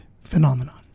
phenomenon